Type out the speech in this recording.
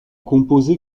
composé